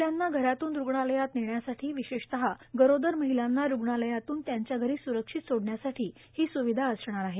महिलांना घरातून रुग्णालयात नेण्यासाठी विशेषतः गरोदर महिलांना रुग्णालयातून त्यांच्या घरी सुरक्षित सोडण्यासाठी ही सुविधा असणार आहे